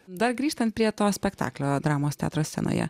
dar grįžtant prie to spektaklio dramos teatro scenoje